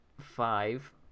five